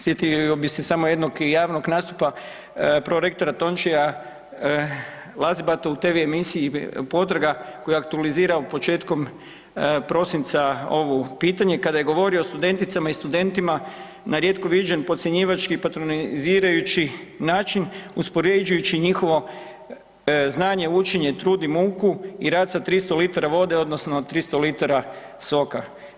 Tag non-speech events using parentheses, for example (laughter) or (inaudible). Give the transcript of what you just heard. Sjetio bi se samo i jednog javnog nastupa prorektora Tončija Lazibata u TV-emisiji Potraga koja ... (unintelligible) početkom prosinca ovo pitanje, kada je govorio studenticama i studentima na rijetko viđen podcjenjivački i patronizirajući način uspoređujući njihovo znanje, učenje, trud i muku i rad sa 300 litara vode, odnosno 300 litara soka.